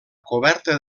coberta